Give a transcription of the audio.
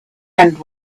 end